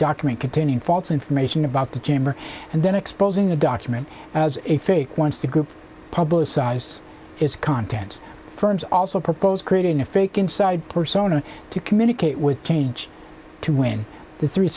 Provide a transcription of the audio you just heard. document containing false information about the chamber and then exposing the document as a fake wants to group publicized its contents firms also proposed creating a fake inside persona to communicate with change to win the thr